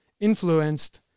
influenced